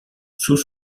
sous